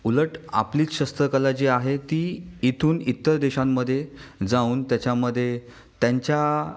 उलट आपलीच शस्त्रकला जी आहे ती इथून इतर देशांमध्ये जाऊन त्याच्यामध्ये त्यांच्या